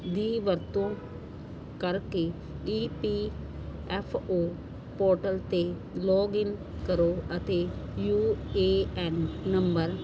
ਦੀ ਵਰਤੋਂ ਕਰਕੇ E P F O portal 'ਤੇ ਲੋਗਿੰਨ ਕਰੋ ਅਤੇ ਯੂ ਏ ਐੱਨ ਨੰਬਰ